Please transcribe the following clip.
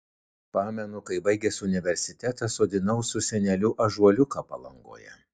pamenu kaip baigęs universitetą sodinau su seneliu ąžuoliuką palangoje